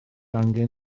angen